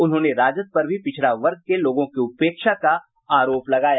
उन्होंने राजद पर भी पिछड़ा वर्ग के लोगों की उपेक्षा का आरोप लगाया